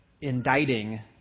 indicting